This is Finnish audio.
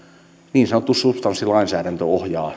niin sanottu substanssilainsäädäntö ohjaa